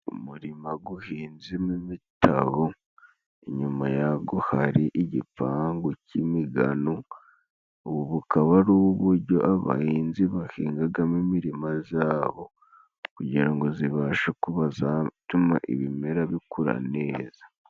Umurima guhinzemo imitabo, inyuma yago hari igipangu cy'imigano. Ubu bukaba ari ubujyo abahinzi bahingagamo imirima zabo, kugira ngo zibashe kuba zatuma ibimera bikura neza.